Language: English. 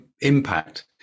impact